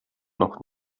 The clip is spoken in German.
noch